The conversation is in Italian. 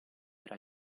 era